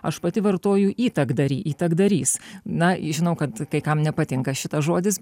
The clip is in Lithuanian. aš pati vartoju įtakdarį įtakdarys na žinau kad kai kam nepatinka šitas žodis